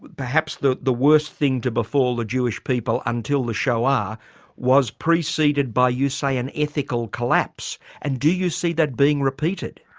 but perhaps the the worst thing to befall the jewish people until the shoah was preceded by, you say, an ethical collapse and do you see that being repeated?